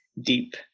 deep